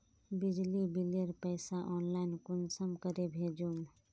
बिजली बिलेर पैसा ऑनलाइन कुंसम करे भेजुम?